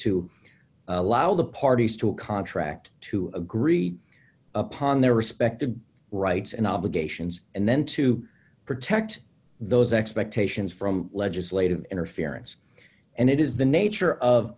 to allow the parties to a contract to agree upon their respective rights and obligations and then to protect those expectations from legislative interference and it is the nature of